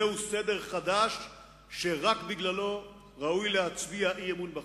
זהו סדר חדש שרק בגללו ראוי להצביע אי-אמון בכם.